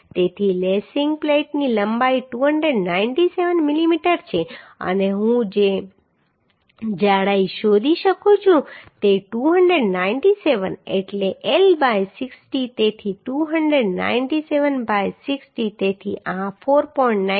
તેથી લેસિંગ પ્લેટની લંબાઈ 297 મીમી છે અને હું જે જાડાઈ શોધી શકું છું તે 297 એટલે L બાય 60 તેથી 297 બાય 60 તેથી આ 4